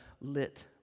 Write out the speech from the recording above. lit